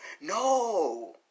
No